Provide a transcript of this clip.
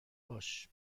باش